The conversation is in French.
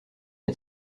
est